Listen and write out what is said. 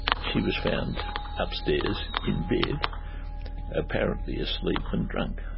she was found upstairs in bed apparently asleep and drunk